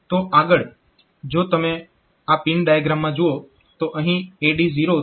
તો આગળ જો તમે આ પિન ડાયાગ્રામમાં જુઓ તો અહીં AD0 થી AD15 છે